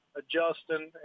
adjusting